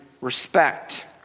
respect